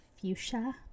fuchsia